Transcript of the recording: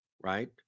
right